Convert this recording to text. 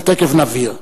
ותיכף נבהיר.